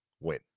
win